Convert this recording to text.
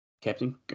Captain